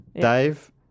Dave